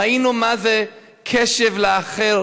ראינו מה זה קשב לאחר,